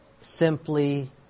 simply